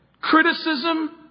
Criticism